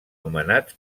nomenats